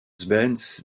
benz